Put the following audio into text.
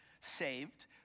saved